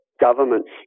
governments